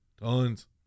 Tons